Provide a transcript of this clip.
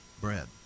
bread